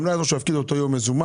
גם לא יעזור שיפקידו באותו יום מזומן.